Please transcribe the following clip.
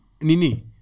Nini